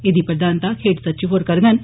एह्दी प्रधानता खेड्ड सचिव होर करगन